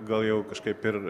gal jau kažkaip ir